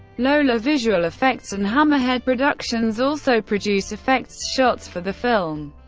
lola visual effects, and hammerhead productions, also produced effects shots for the film.